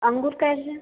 अंगूर कैसे हैं